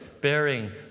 bearing